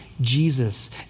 Jesus